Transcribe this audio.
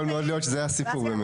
יכול מאוד להיות שזה הסיפור באמת.